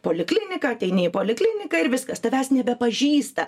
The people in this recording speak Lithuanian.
poliklinika ateini į polikliniką ir viskas tavęs nebepažįsta